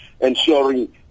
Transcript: ensuring